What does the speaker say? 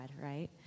right